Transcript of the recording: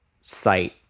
site